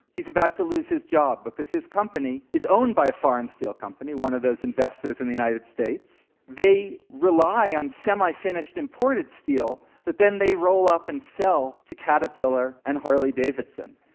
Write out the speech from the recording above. he's about to lose his job because his company is owned by a foreign steel company one of those investors in the united states. they rely on semi-finished imported steel that then they roll up and sell to caterpillar and harley davidson.